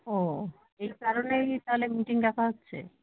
ও এই কারণেই তাহলে মিটিং ডাকা হচ্ছে